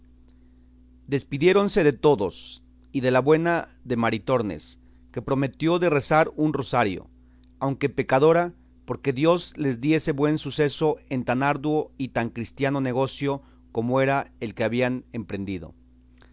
barroso despidiéronse de todos y de la buena de maritornes que prometió de rezar un rosario aunque pecadora porque dios les diese buen suceso en tan arduo y tan cristiano negocio como era el que habían emprendido